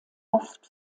oft